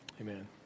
Amen